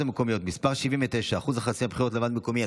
המקומיות (מס' 79) (אחוז החסימה בבחירות לוועד מקומי),